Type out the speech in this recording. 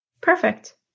perfect